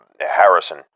Harrison